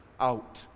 out